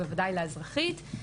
ובוודאי לאזרחית.